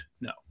No